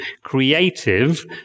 creative